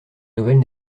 nouvelle